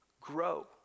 grow